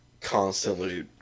constantly